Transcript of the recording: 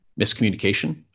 miscommunication